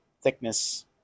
thickness